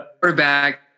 quarterback